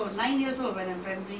who say your sister went back to india